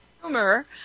humor